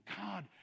God